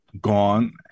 gone